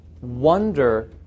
wonder